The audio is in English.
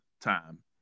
time